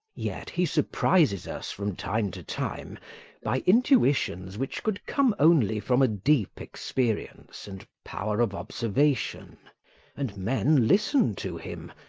yet he surprises us from time to time by intuitions which could come only from a deep experience and power of observation and men listen to him,